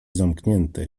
zamknięte